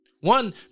One